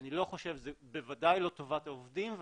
בוודאי לא טובת העובדים.